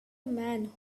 man